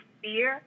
fear